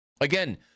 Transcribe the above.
Again